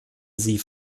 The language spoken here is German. sie